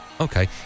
Okay